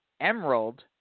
Emerald